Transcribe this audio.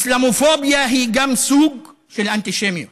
איסלאמופוביה גם היא סוג של אנטישמיות,